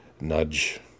nudge